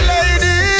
Lady